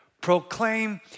Proclaim